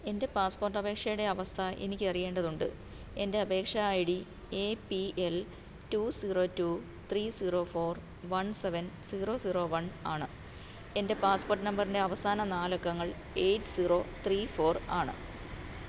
എൻ്റെ പാസ്പോട്ടപേഷയുടെ അവസ്ഥ എനിക്ക് അറിയേണ്ടതുണ്ട് എന്റെ അപേക്ഷാ I D A P L two zero two three zero four one seven zero zero one ആണ് എന്റെ പാസ്പോട്ട് നമ്പറിന്റെ അവസാന നാല് അക്കങ്ങൾ എയിറ്റ് സീറോ ത്രീ ഫോര് ആണ്